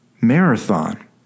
marathon